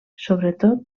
sobretot